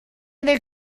other